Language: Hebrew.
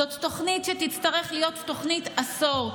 זאת תוכנית שתצטרך להיות תוכנית עשור,